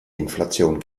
inflation